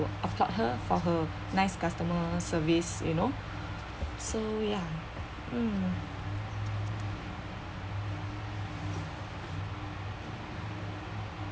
applaud her for her nice customer service you know so ya um